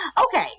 Okay